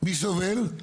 מי סובל?